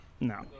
no